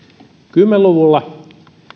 kymmenen luvulla